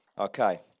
Okay